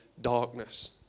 darkness